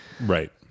Right